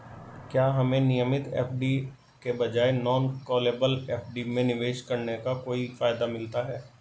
क्या हमें नियमित एफ.डी के बजाय नॉन कॉलेबल एफ.डी में निवेश करने का कोई फायदा मिलता है?